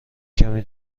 کمی